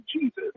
Jesus